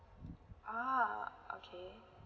oh okay